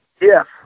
Yes